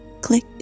Click